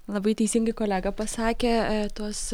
labai teisingai kolega pasakė tuos